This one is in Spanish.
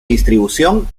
distribución